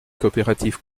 coopératives